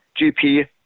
GP